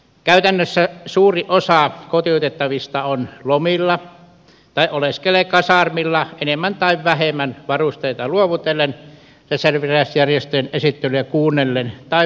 käytännössä suuri osa kotiutettavista on lomilla tai oleskelee kasarmilla enemmän tai vähemmän varusteita luovutellen reserviläisjär jestöjen esittelyjä kuunnellen tai vastaavasti